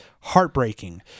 Heartbreaking